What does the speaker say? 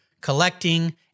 collecting